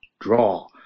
draw